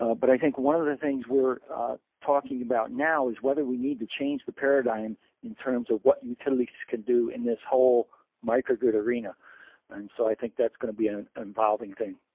but i think one of the things we're talking about now is whether we need to change the paradigm in terms of what utilities could do in this whole microgrid arena and so i think that's gonna be an involving thing.